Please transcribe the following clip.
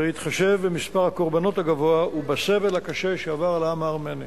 בהתחשב במספר הקורבנות הגדול ובסבל הקשה שעבר על העם הארמני.